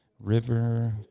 river